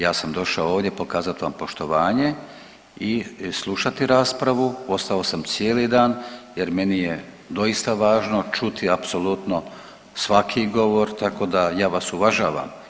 Ja sam došao ovdje pokazati vam poštovanje i slušati raspravu, ostao sam cijeli dan jer meni je doista važno čuti apsolutno svaki govor tako da ja vas uvažavam.